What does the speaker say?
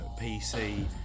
PC